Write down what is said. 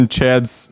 Chad's